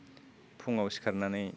सिम फुङाव सिखारनानै